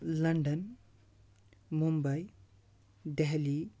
London Mumbai Delhi